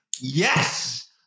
yes